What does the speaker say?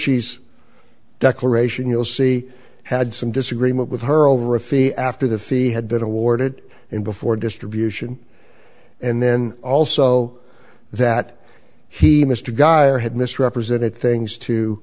bush's declaration you'll see had some disagreement with her over a fee after the fee had been awarded and before distribution and then also that he mr guy had misrepresented things to